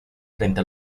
frente